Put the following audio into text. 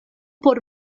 por